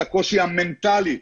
את הקושי המנטלי.